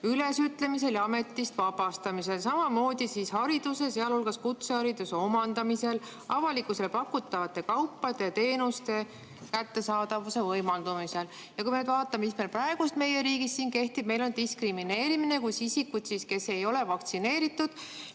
ülesütlemisel ja ametist vabastamisel, samamoodi hariduse, sealhulgas kutsehariduse omandamisel, avalikkusele pakutavate kaupade ja teenuste kättesaadavuse võimaldamisel. Kui me vaatame, mis praegu meie riigis kehtib, siis näeme, et meil on diskrimineerimine, sest isikuid, kes ei ole vaktsineeritud,